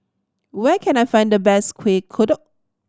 where can I find the best Kueh Kodok